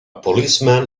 policeman